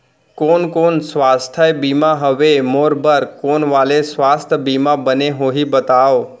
कोन कोन स्वास्थ्य बीमा हवे, मोर बर कोन वाले स्वास्थ बीमा बने होही बताव?